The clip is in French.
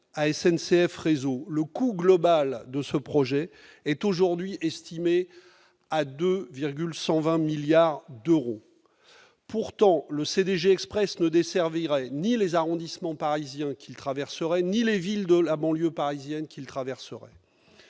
à SNCF Réseau, le coût global de ce projet est estimé aujourd'hui à 2,12 milliards d'euros. Pour autant, le CDG Express ne desservirait ni les arrondissements parisiens ni les villes de la banlieue parisienne qu'il traverserait.